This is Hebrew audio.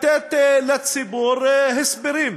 אל תנהל דו-שיח עם חברי הכנסת.